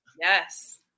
Yes